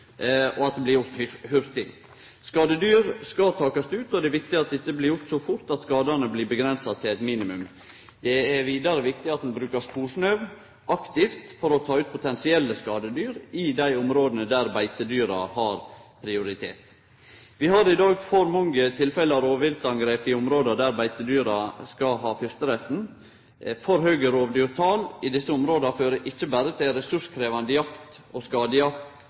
og at det blir gjort hurtig. Skadedyr skal takast ut, og det er viktig at dette blir gjort så fort at skadane blir avgrensa til eit minimum. Det er vidare viktig at ein brukar sporsnø aktivt for å ta ut potensielle skadedyr i dei områda der beitedyra har prioritet. Vi har i dag for mange tilfelle av rovdyrangrep i dei områda der beitedyra skal ha fyrsteretten. For høge rovdyrtal i desse områda fører ikkje berre til ressurskrevjande jakt og skadejakt